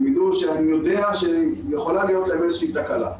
שהם ידעו שאני יודע שיכולה להיות להם איזושהי תקלה.